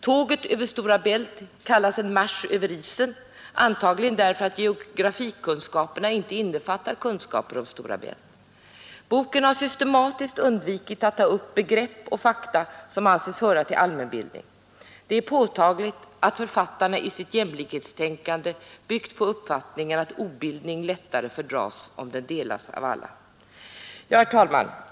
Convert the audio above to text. Tåget över Stora Bält kallas en marsch över isen, antagligen därför att geografikunskaperna inte innefattar kännedom om Stora Bält. Boken har systematiskt undvikit att ta upp begrepp och fakta som anses höra till allmänbildning. Det är påtagligt att författarna i sitt jämlikhetstänkande byggt på uppfattningen att obildning lättare fördras om den delas av alla. Herr talman!